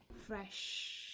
Fresh